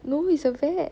no it's a vet